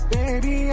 Baby